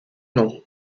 nom